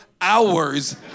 hours